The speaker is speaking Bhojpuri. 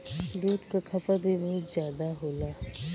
दूध क खपत भी बहुत जादा होला